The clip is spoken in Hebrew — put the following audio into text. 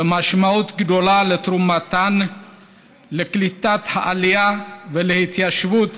ומשמעות גדולה לתרומתן לקליטת העלייה ולהתיישבות